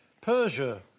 Persia